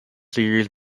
series